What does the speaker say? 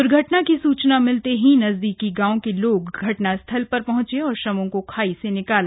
दुर्घटना की सूचना मिलते ही नजदीकी गांव के लोग घटना स्थल पर पहुंचे और शवों को खाई से निकाला